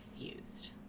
confused